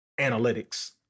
analytics